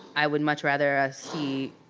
i would much rather us see,